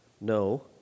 No